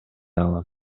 алам